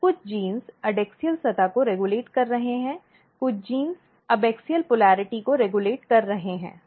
तो कुछ gene adaxial सतह को रेग्यूलेट कर रहे हैं कुछ जीन एबाक्सिअल ध्रुवीयता को रेग्यूलेट कर रहे हैं